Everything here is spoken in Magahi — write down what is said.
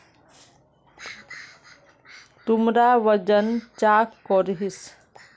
तुमरा वजन चाँ करोहिस?